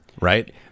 Right